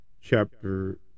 chapter